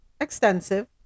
extensive